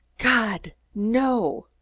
god! no!